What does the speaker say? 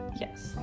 yes